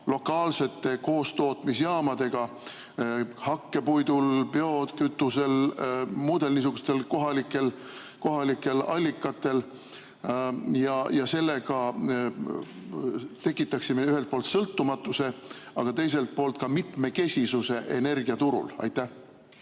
lokaalsete koostootmisjaamadega, mis töötavad hakkepuidul, biokütusel ja muudel niisugustel kohalikel allikatel? Sellega tekitaksime ühelt poolt sõltumatuse, aga teiselt poolt ka mitmekesisuse energiaturul. Aitäh,